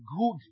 good